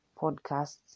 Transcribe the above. podcasts